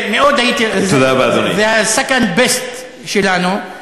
זה ה-second best שלנו,